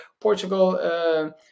Portugal